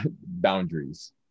boundaries